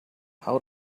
how